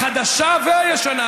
החדשה והישנה,